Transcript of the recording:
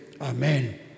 Amen